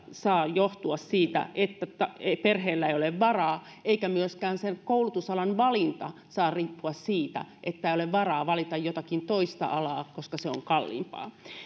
saa riippua siitä onko perheellä varaa eikä myöskään koulutusalan valinta saa riippua siitä että ei ole varaa valita jotakin toista alaa koska se on kalliimpaa